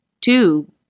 two